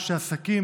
אנשי עסקים,